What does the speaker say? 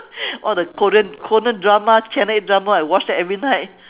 all the korean korean drama channel eight drama I watch that every night